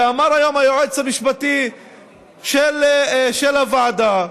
אמר היום היועץ המשפטי של הוועדה,